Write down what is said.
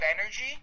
energy